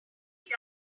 bags